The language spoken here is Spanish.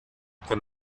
con